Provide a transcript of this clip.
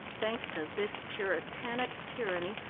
thanks to this puritanic tyranny,